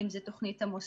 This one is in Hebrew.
אם זה תוכנית המוסדיים,